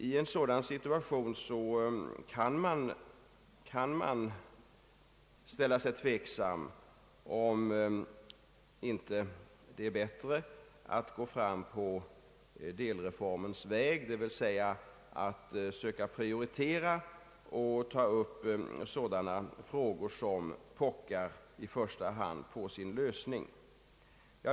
I en sådan situation kan man ställa sig tveksam om det inte är bättre att gå fram på delreformens väg, d.v.s. att söka prioritera och ta upp sådana frågor som i första hand pockar på sin lösning.